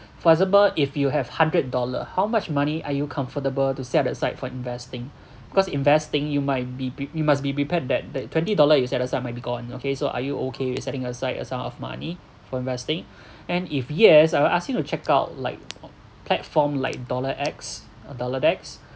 for example if you have hundred dollar how much money are you comfortable to set aside for investing because investing you might be you must be prepared that the twenty dollar you set aside may be gone okay so are you okay with setting aside a sum of money for investing and if yes I will ask him to check out like platform like dollar X or dollar dex